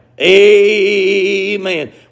Amen